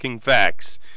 facts